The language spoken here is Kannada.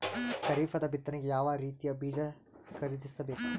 ಖರೀಪದ ಬಿತ್ತನೆಗೆ ಯಾವ್ ರೀತಿಯ ಬೀಜ ಖರೀದಿಸ ಬೇಕು?